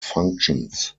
functions